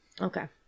Okay